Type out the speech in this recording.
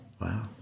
Wow